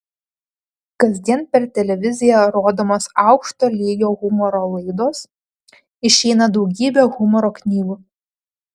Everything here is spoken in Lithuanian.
kasdien per televiziją rodomos aukšto lygio humoro laidos išeina daugybė humoro knygų